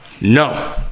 no